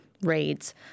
raids